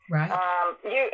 Right